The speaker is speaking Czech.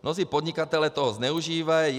Mnozí podnikatelé toho zneužívají.